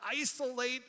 isolate